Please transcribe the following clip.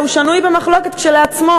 שנוי במחלוקת כשלעצמו.